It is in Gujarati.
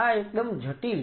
આ એકદમ જટિલ છે